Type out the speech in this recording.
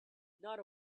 not